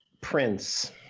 Prince